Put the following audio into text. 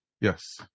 Yes